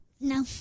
No